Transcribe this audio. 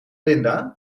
linda